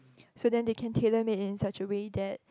so then they can tailor make in such a way that